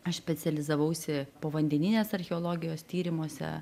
aš specializavausi povandeninės archeologijos tyrimuose